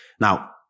Now